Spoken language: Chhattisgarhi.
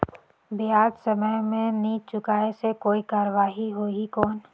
ब्याज समय मे नी चुकाय से कोई कार्रवाही होही कौन?